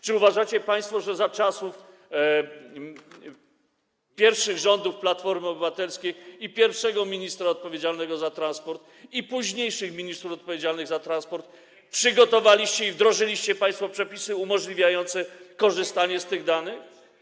Czy uważacie państwo, że za czasów pierwszych rządów Platformy Obywatelskiej, pierwszego ministra odpowiedzialnego za transport i późniejszych ministrów odpowiedzialnych za transport przygotowaliście i wdrożyliście państwo przepisy umożliwiające korzystanie z tych danych?